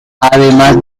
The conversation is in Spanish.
además